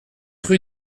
rue